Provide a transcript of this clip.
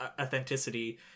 authenticity